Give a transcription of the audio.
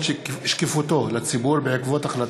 החוקה, חוק ומשפט של הכנסת.